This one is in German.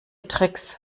tricks